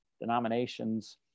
denominations